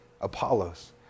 Apollos